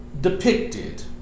depicted